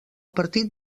partit